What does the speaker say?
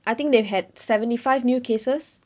I think they had seventy five new cases